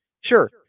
Sure